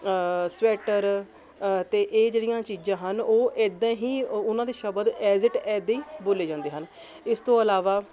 sweater ਅ ਅਤੇ ਇਹ ਜਿਹੜੀਆਂ ਚੀਜ਼ਾਂ ਹਨ ਉਹ ਇੱਦਾਂ ਹੀ ਉ ਉਹਨਾਂ ਦੇ ਸ਼ਬਦ ਐਜ਼ ਇਟ ਇੱਦੀ ਬੋਲੇ ਜਾਂਦੇ ਹਨ ਇਸ ਤੋਂ ਇਲਾਵਾ